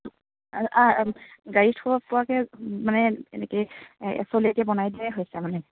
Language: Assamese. গাড়ী থ'ব পৰাকৈ মানে এনেকৈ এচলীয়াকৈ বনাই দিয়াই হৈছে মানে